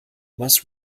must